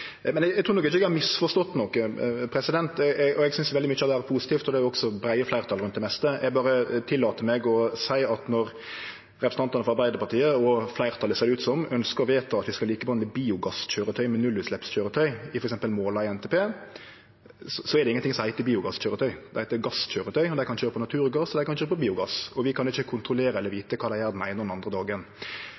Eg trur ikkje eg har misforstått noko. Eg synest veldig mykje av det er positivt, og det er breie fleirtal om det meste. Eg berre tillèt meg å seie at når representantane for Arbeidarpartiet og fleirtalet ser ut som dei ønskjer å vedta at vi skal likebehandle biogasskjøretøy med nullutsleppskjøyretøy i f.eks. måla i NTP, er det ingenting som heiter biogasskøyretøy. Det heiter gasskøyretøy, og dei kan køyre på naturgass, og dei kan køyre på biogass. Vi kan ikkje kontrollere eller vite kva dei gjer den eine eller den andre dagen.